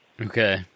okay